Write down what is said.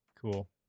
Cool